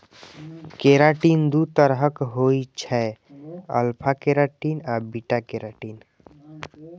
keratin दू तरहक होइ छै, अल्फा केराटिन आ बीटा केराटिन